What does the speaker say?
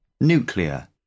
nuclear